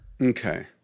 Okay